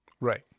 Right